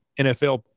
NFL